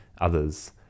others